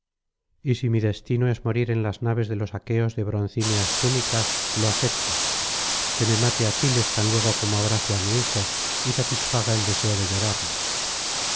y si mi destino es morir en las naves de los aqueos de broncíneas túnicas lo acepto que me mate aquiles tan luego como abrace á mi hijo y satisfaga el deseo de llorarle